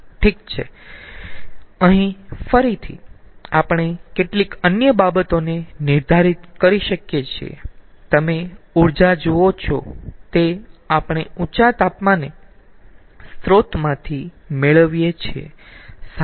ઠીક છે અહીં ફરીથી આપણે કેટલીક અન્ય બાબતોને નિર્ધારિત કરી શકીયે છીએતમે ઊર્જા જુઓ છો તે આપણે ઉંચા તાપમાને સ્ત્રોતમાંથી મેળવીયે છીએ